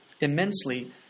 immensely